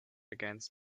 against